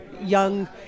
young